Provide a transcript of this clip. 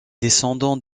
descendants